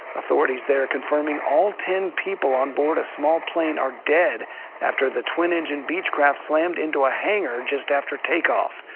authorities there confirming all ten ten people on board a small plane are dead after the twin-engine beechcraft slamed into a hanger just after takeoff.